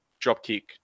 dropkick